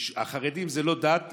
החרדים זה לא דת,